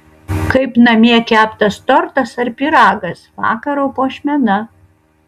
kaip namie keptas tortas ar pyragas vakaro puošmena